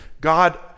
God